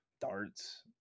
darts